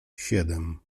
siedem